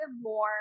more